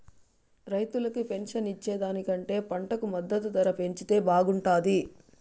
రైతులకు పెన్షన్ ఇచ్చే దానికంటే పంటకు మద్దతు ధర పెంచితే బాగుంటాది